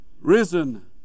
risen